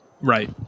Right